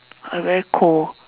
I very cold